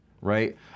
right